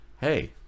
hey